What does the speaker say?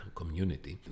community